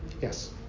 Yes